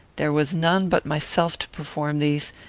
there was none but myself to perform these,